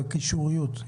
הקישוריות.